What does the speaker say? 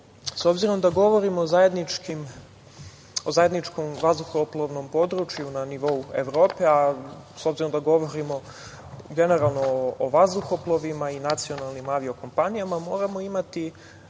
obzirom da govorimo o zajedničkom vazduhoplovnom području na nivou Evrope, a s obzirom da govorimo generalno o vazduhoplovima i nacionalnim avio-kompanijama, moramo imati